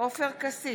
עופר כסיף,